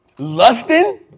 Lusting